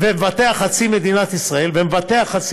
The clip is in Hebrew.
ומבטח חצי מדינת ישראל,